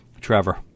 Trevor